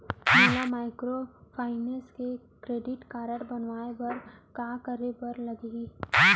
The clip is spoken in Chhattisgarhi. मोला माइक्रोफाइनेंस के क्रेडिट कारड बनवाए बर का करे बर लागही?